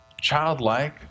childlike